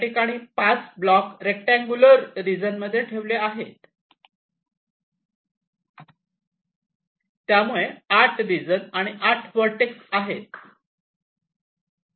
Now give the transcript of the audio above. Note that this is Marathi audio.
याठिकाणी 5 ब्लॉक रेक्टांगुलर रिजन मध्ये ठेवले आहे त्यामुळे 8 रिजन आणि 8 व्हर्टेक्स आहे